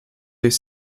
des